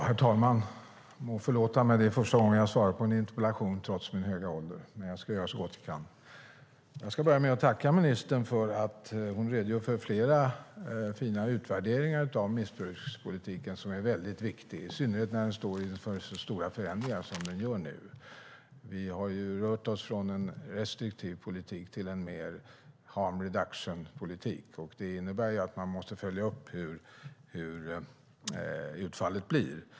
Herr talman! Det här är första gången jag ställer en interpellation, trots min höga ålder, och jag ska göra så gott jag kan. Jag ska börja med att tacka ministern för att hon redogör för flera fina utvärderingar av missbrukspolitiken som är väldigt viktig, i synnerhet när den står inför så stora förändringar som den gör nu. Vi har ju rört oss från en restriktiv politik till mer av en harm reduction-politik, och det innebär förstås att man måste följa upp hur utfallet blir.